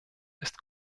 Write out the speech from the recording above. ist